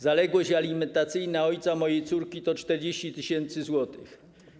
Zaległość alimentacyjna ojca mojej córki to 40 tys. zł.